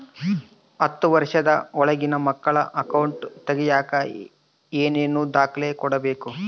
ಹತ್ತುವಷ೯ದ ಒಳಗಿನ ಮಕ್ಕಳ ಅಕೌಂಟ್ ತಗಿಯಾಕ ಏನೇನು ದಾಖಲೆ ಕೊಡಬೇಕು?